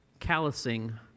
callousing